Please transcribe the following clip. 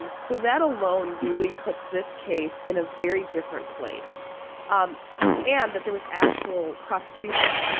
so that alone really puts this case in a very different place um and that there was actual prosecution.